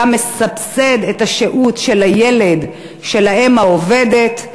היה מסבסד את השהות של הילד של האם העובדת,